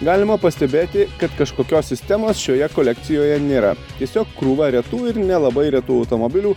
galima pastebėti kad kažkokios sistemos šioje kolekcijoje nėra tiesiog krūva retų ir nelabai retų automobilių